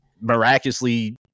miraculously